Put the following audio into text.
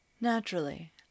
Naturally